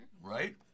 Right